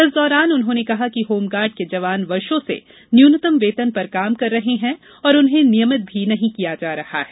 इस दौरान उन्होंने कहा कि होमगार्ड के जवान वर्षो से न्यूनतम वेतन पर काम कर रहे हैं और उन्हें नियमित भी नहीं किया जा रहा है